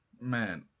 Man